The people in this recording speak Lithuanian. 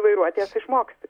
vairuotojas išmoksti